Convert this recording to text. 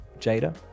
jada